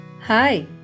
hi